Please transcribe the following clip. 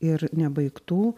ir nebaigtų